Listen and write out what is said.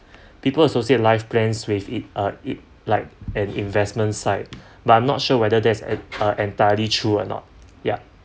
people associate life plans with it uh it like an investment side but I'm not sure whether there's a uh entirely true or not ya